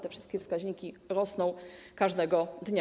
Te wszystkie wskaźniki rosną każdego dnia.